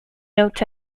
notes